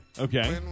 Okay